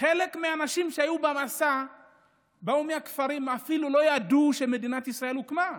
חלק מהאנשים שהיו במסע ובאו מהכפרים אפילו לא ידעו שמדינת ישראל הוקמה.